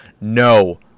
no